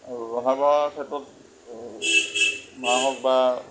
আৰু ৰন্ধা বঢ়াৰ ক্ষেত্ৰত মা হওক বা